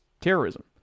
terrorism